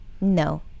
no